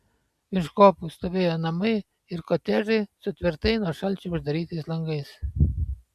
virš kopų stovėjo namai ir kotedžai su tvirtai nuo šalčio uždarytais langais